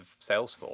Salesforce